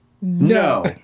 no